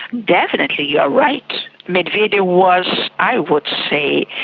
definitely you're right, medvedev was, i would say,